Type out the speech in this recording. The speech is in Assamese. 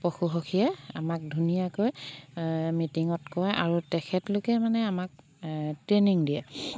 পশুসখীয়ে আমাক ধুনীয়াকৈ মিটিঙত কয় আৰু তেখেতলোকে মানে আমাক ট্ৰেইনিং দিয়ে